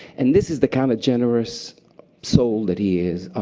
and this is the kind of generous soul that he is.